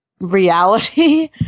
reality